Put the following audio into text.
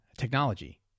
technology